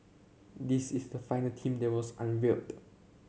this is the final team there was unveiled